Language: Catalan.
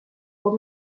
com